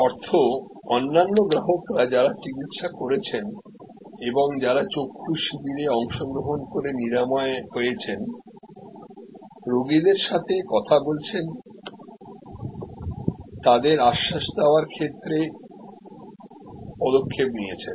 তার অর্থ অন্যান্য গ্রাহকরা যারা চিকিত্সা করেছেন এবং যারা চক্ষু শিবিরে অংশগ্রহণ করে নিরাময় হয়েছেন রোগীদের সাথে কথা বলছেন তাদের আশ্বাস দেওয়ার ক্ষেত্রে পদক্ষেপ নিয়েছেন